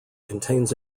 contains